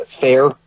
fair